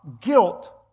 guilt